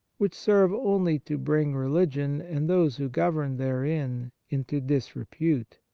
which serve only to bring religion, and those who govern therein, into disrepute.